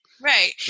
Right